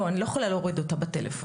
לא, אני לא יכולה להוריד אותה בטלפון.